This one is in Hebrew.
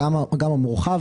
גם המורחב.